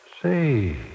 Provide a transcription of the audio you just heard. Say